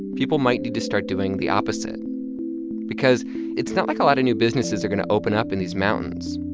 people might need to start doing the opposite because it's not like a lot of new businesses are going to open up in these mountains,